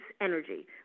energy